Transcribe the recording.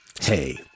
Hey